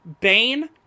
Bane